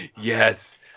yes